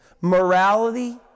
morality